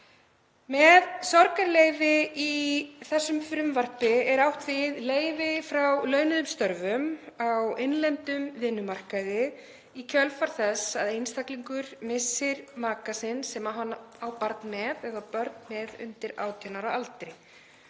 Með sorgarleyfi í þessu frumvarpi er átt við leyfi frá launuðum störfum á innlendum vinnumarkaði í kjölfar þess að einstaklingur missir maka sinn sem hann á barn eða börn undir 18 ára aldri